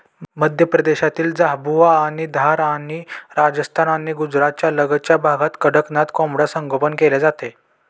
मध्य प्रदेशातील झाबुआ आणि धार आणि राजस्थान आणि गुजरातच्या लगतच्या भागात कडकनाथ कोंबडा संगोपन केले जाते